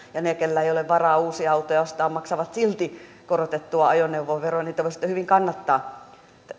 ne keillä ei ole varaa uusia autoja ostaa maksavat silti korotettua ajoneuvoveroa niin te voisitte hyvin kannattaa